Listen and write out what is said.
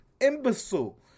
imbecile